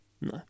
No